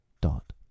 dot